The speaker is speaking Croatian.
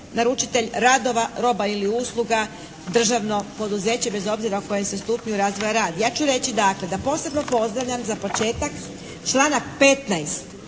naručitelj radova, roba ili usluga državno poduzeće bez obzira o kojem se stupnju razvoja radi. Ja ću reći dakle da posebno pozdravljam za početak članak 15.